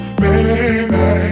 baby